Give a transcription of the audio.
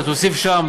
אתה תוסיף שם,